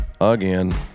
Again